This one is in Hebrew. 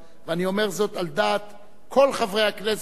ואני אומר זאת על דעת כל חברי הכנסת